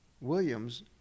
williams